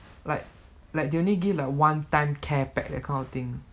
like like they only give like one time care pack that kind of thing